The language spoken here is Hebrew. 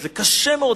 וזה קשה מאוד,